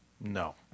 No